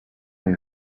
est